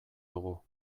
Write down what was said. dugu